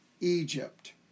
Egypt